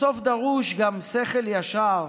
בסוף דרוש גם שכל ישר